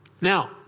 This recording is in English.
Now